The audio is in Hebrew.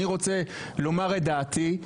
אני רוצה לומר את דעתי,